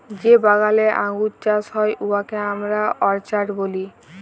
যে বাগালে আঙ্গুর চাষ হ্যয় উয়াকে আমরা অরচার্ড ব্যলি